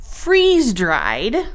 Freeze-dried